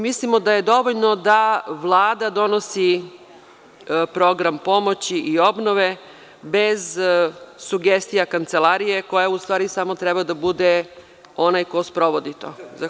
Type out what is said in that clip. Mislimo da je dovoljno da Vlada donosi program pomoći i obnove bez sugestija kancelarije koja u stvari samo treba da bude onaj ko sprovodi to.